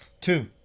two